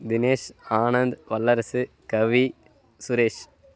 Dinesh Anand Vallarasu Kavi Suresh